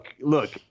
look